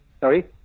sorry